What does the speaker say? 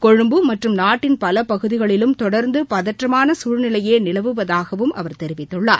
கொழும்பு மற்றும் நாட்டின் பலபகுதிகளிலும் தொடர்ந்துபதற்றமானசூழ்நிலையேநிலவுவதாகவும் அவர் தெரிவித்துள்ளார்